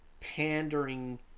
pandering